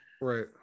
Right